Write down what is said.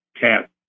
cat